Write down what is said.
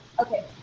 Okay